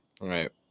right